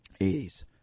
80s